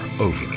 over